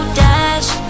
dash